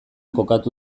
kokatu